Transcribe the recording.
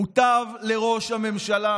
מוטב לראש הממשלה